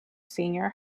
senior